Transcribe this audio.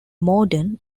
morden